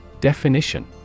Definition